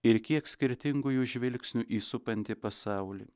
ir kiek skirtingų jų žvilgsnių į supantį pasaulį